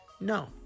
No